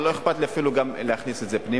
אבל לא אכפת לי אפילו להכניס גם את זה פנימה.